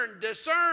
discern